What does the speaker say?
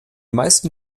meisten